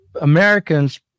Americans